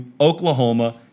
Oklahoma